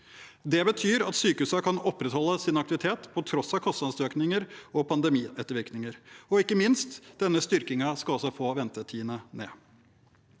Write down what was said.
Det betyr at sykehusene kan opprettholde sin aktivitet på tross av kostnadsøkninger og pandemiettervirkninger, og ikke minst: Denne styrkingen skal også få ventetidene ned.